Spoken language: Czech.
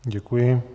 Děkuji.